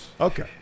Okay